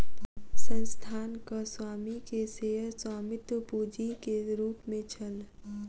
संस्थानक स्वामी के शेयर स्वामित्व पूंजी के रूप में छल